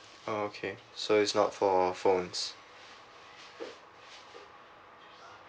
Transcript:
okay so it's not for phones